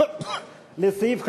לסעיף 54,